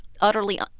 utterly